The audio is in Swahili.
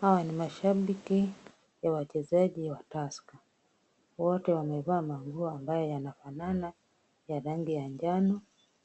Hawa ni mashabiki ya wachezaji wa Tusker. Wote wamevaa manguo ambayo yanafanana ya rangi ya njano,